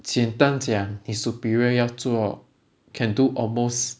简单讲你 superior 要做 can do almost